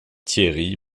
thierry